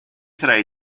tre